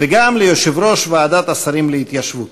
וגם ליושב-ראש ועדת השרים להתיישבות.